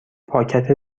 پاکت